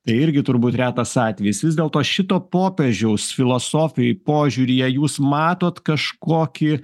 tai irgi turbūt retas atvejis vis dėlto šito popiežiaus filosofijoj požiūryje jūs matot kažkokį